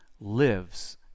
lives